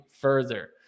further